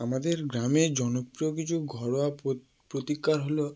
আমাদের গ্রামে জনপ্রিয় কিছু ঘরোয়া প্র প্রতিকার হলো